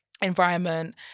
environment